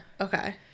Okay